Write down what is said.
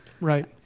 right